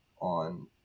on